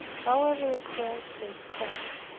however oppressed and spent,